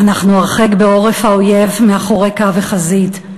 'אנחנו הרחק בעורף האויב מאחורי קו החזית.